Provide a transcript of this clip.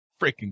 freaking